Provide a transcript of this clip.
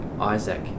Isaac